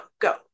go